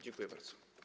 Dziękuję bardzo.